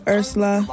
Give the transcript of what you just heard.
Ursula